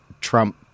Trump